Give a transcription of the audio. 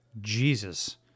Jesus